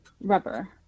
Rubber